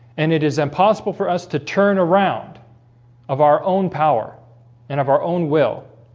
and it is impossible for us to turn around of our own power and of our own will